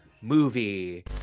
movie